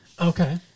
Okay